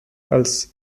als